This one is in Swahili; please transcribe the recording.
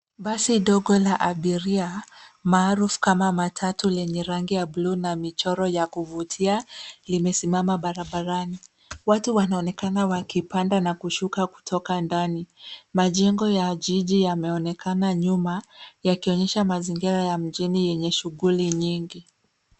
Basi dogo la abiria maarufu kama matatu lenye rangi ya bluu na michoro ya kuvutia imesimama barabarani. Watu wanaonekana wakipanda na kushuka kutoka ndani. Majengo ya jiji yameonekana nyuma yakionyesha mazingira ya mjini yenye shughuli nyingi.